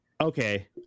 okay